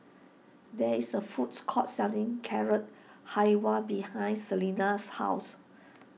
there is a foods court selling Carrot Halwa behind Selina's house